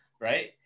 right